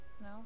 No